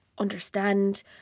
understand